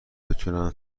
بتونن